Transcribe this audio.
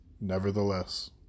Nevertheless